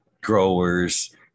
growers